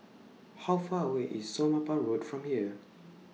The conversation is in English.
How Far away IS Somapah Road from here